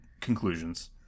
conclusions